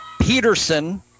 Peterson